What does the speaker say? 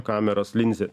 kameros linzė